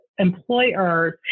employers